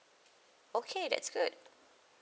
okay that's good